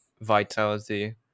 vitality